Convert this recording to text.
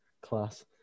Class